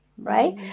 right